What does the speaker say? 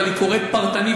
אבל היא קורית פרטנית,